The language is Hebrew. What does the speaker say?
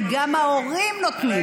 כי גם ההורים נותנים.